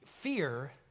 fear